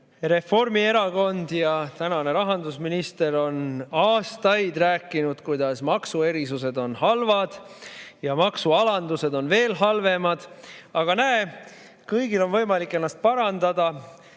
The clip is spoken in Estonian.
Reformierakond ja tänane rahandusminister on aastaid rääkinud, et maksuerisused on halvad ja maksualandused on veel halvemad. Aga näe, kõigil on võimalik ennast parandada.